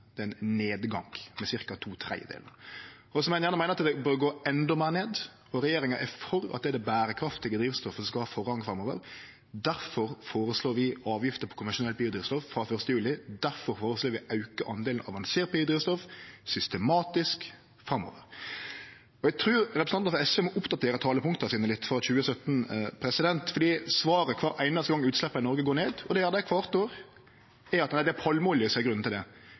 oppgang, men ein nedgang på ca. to tredelar. Så må ein gjerne meine at det bør gå endå meir ned, og regjeringa er for at det er det berekraftige drivstoffet som skal ha forrang framover. Difor føreslår vi avgifter på konvensjonelt biodrivstoff frå 1. juli. Difor føreslår vi å auke delen av avansert biodrivstoff systematisk framover. Eg trur at representantane frå SV må oppdatere talepunkta sine litt frå 2017, for svaret kvar einaste gong utsleppa i Noreg går ned – og det gjer dei kvart år – er at det er palmeolja som er grunnen til det,